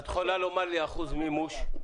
את יכולה להגיד לי על אחוז מימוש?